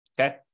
okay